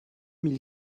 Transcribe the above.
mille